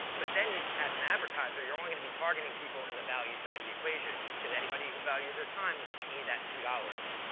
but then as an advertiser, you're only going to be targeting people in the value-side of the equation because anybody who values their time will pay that two dollars.